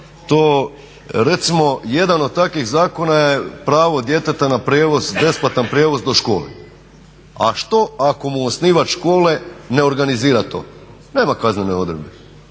To, recimo jedan od takvih zakona je pravo djeteta na prijevoz, besplatan prijevoz do škole. A što ako mu osnivač škole ne organizira to? Nema kaznene odredbe.